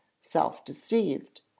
self-deceived